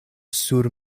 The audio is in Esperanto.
sur